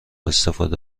استفاده